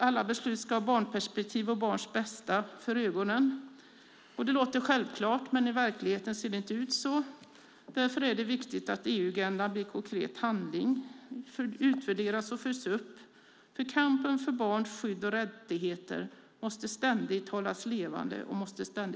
Alla beslut ska ha barnperspektiv och barnets bästa för ögonen. Det låter självklart, men i verkligheten ser det inte ut så. Därför är det viktigt att EU-agendan blir en konkret handling som utvärderas och följs upp. Kampen för barns skydd och rättigheter måste ständigt pågå och hållas levande.